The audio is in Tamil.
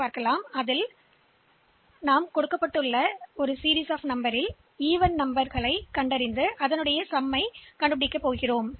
அடுத்து எண்களின் பட்டியலிலிருந்து சம எண்களின் தொடரின் தொகையை கணக்கிடும் மற்றொரு ப்ரோக்ராம்ப் பார்ப்போம்